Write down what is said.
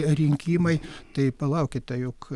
rinkimai tai palaukite juk